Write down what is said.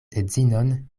edzinon